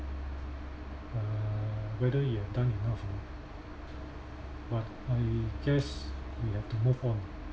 uh whether you have done enough or not but I guess we have to move on